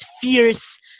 fierce